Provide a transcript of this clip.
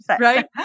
right